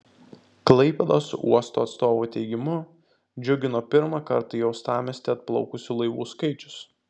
klaipėdos uosto atstovų teigimu džiugino pirmą kartą į uostamiestį atplaukusių laivų skaičius